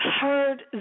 heard